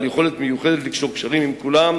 בעל יכולת מיוחדת לקשור קשרים עם כולם,